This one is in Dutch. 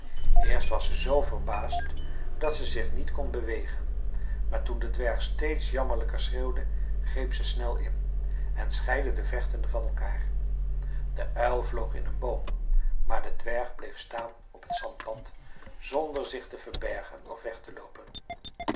eerst was ze z verbaasd dat ze zich niet kon bewegen maar toen de dwerg steeds jammerlijker schreeuwde greep ze snel in en scheidde de vechtenden van elkaar de uil vloog in een boom maar de dwerg bleef staan op het zandpad zonder zich te verbergen of weg te loopen